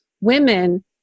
Women